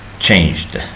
changed